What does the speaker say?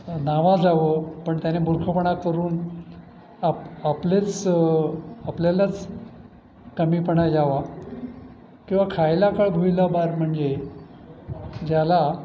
नावाजावं पण त्याने मूर्खपणा करून आप आपलेच आपल्यालाच कमीपणा यावा किंवा खायला काळ भुईला भार म्हणजे ज्याला